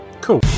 Cool